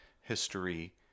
history